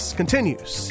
continues